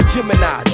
Gemini